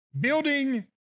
building